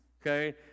Okay